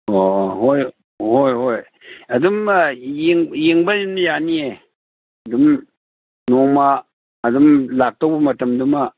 ꯑꯣ ꯍꯣꯏ ꯍꯣꯏ ꯍꯣꯏ ꯑꯗꯨꯝ ꯌꯦꯡꯕ ꯑꯗꯨꯝ ꯌꯥꯅꯤꯌꯦ ꯑꯗꯨꯝ ꯅꯣꯡꯃ ꯑꯗꯨꯝ ꯂꯥꯛꯇꯧꯕ ꯃꯇꯝꯗꯨꯃ